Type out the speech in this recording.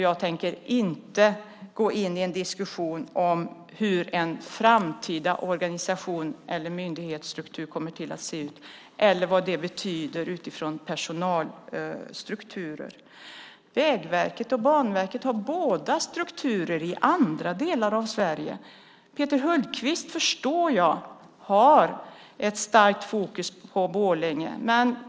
Jag tänker inte gå in i en diskussion om hur en framtida organisation eller myndighetsstruktur kommer att se ut eller vad det kommer att betyda med tanke på personalstrukturerna. Vägverket och Banverket har båda strukturer i andra delar av Sverige. Jag förstår att Peter Hultqvist har starkt fokus på Borlänge.